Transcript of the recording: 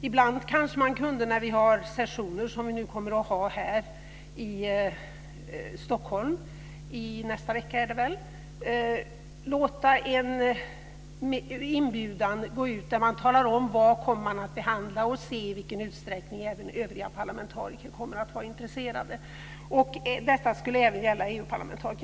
Ibland kanske man kunde - när vi har sessioner, som vi nu kommer att ha här i Stockholm i nästa vecka - låta en inbjudan gå ut där man talar om vad man kommer att behandla och se i vilken utsträckning även övriga parlamentariker skulle vara intresserade. Detta skulle även gälla EU parlamentariker.